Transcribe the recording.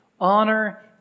Honor